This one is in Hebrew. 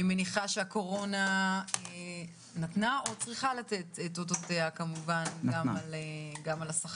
אני מניחה שהקורונה נתנה את אותותיה על השכר